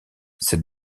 cette